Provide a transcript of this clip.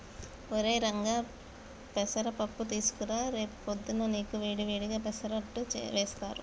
ఒరై రంగా పెసర పప్పు తీసుకురా రేపు పొద్దున్నా నీకు వేడి వేడిగా పెసరట్టు వేస్తారు